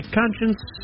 conscience